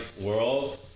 world